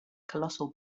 colossal